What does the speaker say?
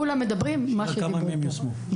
כולם מדברים את מה שדיברו פה.